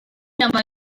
llama